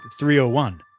301